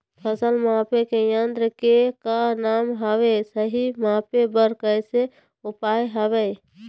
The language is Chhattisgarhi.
फसल मापे के यन्त्र के का नाम हवे, सही मापे बार कैसे उपाय हवे?